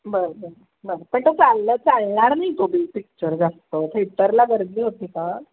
बरं बरं बरं पण तो चालला चालणार नाही तो बी पिक्चर जास्त थेटरला गर्दी होती का